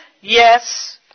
Yes